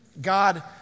God